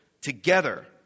together